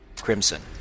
crimson